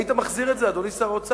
היית מחזיר את זה, אדוני שר האוצר.